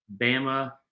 Bama